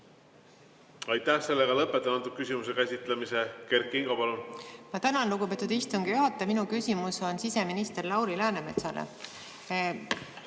Aitäh! Lõpetan selle küsimuse käsitlemise. Kert Kingo, palun! Ma tänan, lugupeetud istungi juhataja! Minu küsimus on siseminister Lauri Läänemetsale.